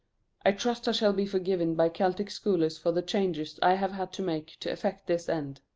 i trust i shall be forgiven by celtic scholars for the changes i have had to make to effect this end.